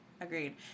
Agreed